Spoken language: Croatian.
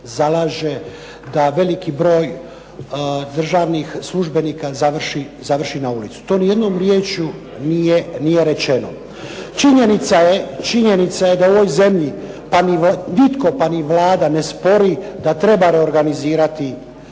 da veliki broj državnih službenika završi na ulici. To ni jednom riječju nije rečeno. Činjenica je da u ovoj zemlji, pa ni Vlada ne spori da treba reorganizirati